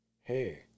Hey